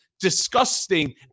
disgusting